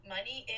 Money